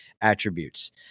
attributes